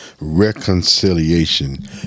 reconciliation